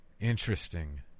Interesting